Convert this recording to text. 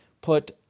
put